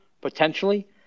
potentially